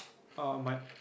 uh my